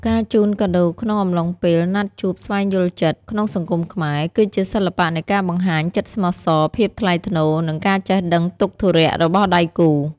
ការជូនកាដូក្នុងកំឡុងពេល «ណាត់ជួបស្វែងយល់ចិត្ត» ក្នុងសង្គមខ្មែរ គឺជាសិល្បៈនៃការបង្ហាញចិត្តស្មោះសរ ភាពថ្លៃថ្នូរ និងការចេះដឹងទុក្ខធុរៈរបស់ដៃគូ។